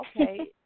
okay